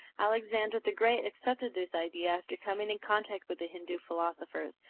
alexander the great accepted this idea after coming in contact with the hindu philosophers.